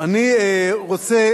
אני רוצה